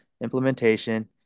implementation